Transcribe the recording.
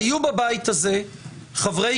היו בבית הזה חברי